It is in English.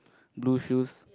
blue shoes